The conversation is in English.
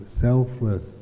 selfless